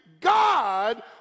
God